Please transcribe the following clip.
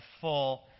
full